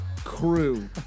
Crew